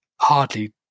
hardly